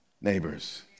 neighbors